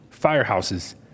firehouses